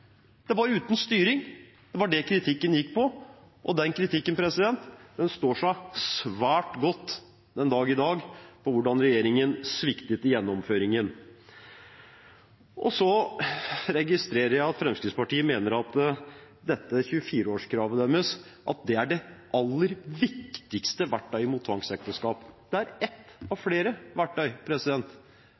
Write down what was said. Det var uten styring. Det var det kritikken gikk på, og den kritikken står seg svært godt den dag i dag, med tanke på hvordan regjeringen sviktet i gjennomføringen. Så registrerer jeg at Fremskrittspartiet mener at 24-årskravet er det aller viktigste verktøyet mot tvangsekteskap. Det er ett av flere verktøy.